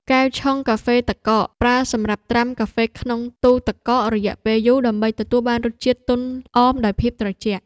កែវឆុងកាហ្វេទឹកកក ប្រើសម្រាប់ត្រាំកាហ្វេក្នុងទូទឹកកករយៈពេលយូរ ដើម្បីទទួលបានរសជាតិទន់អមដោយភាពត្រជាក់។